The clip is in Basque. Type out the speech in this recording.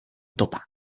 topa